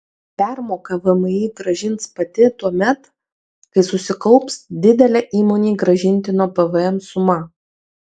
permoką vmi grąžins pati tuomet kai susikaups didelė įmonei grąžintino pvm suma